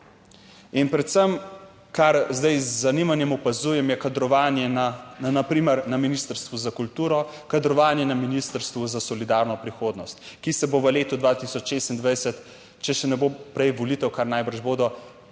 In predvsem, kar zdaj z zanimanjem opazujem, je kadrovanje na, na primer na Ministrstvu za kulturo, kadrovanje na Ministrstvu za solidarno prihodnost, ki se bo v letu 2026, če še ne bo prej volitev, kar najbrž bodo,